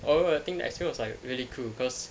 although the thing I feel it's like very cool cause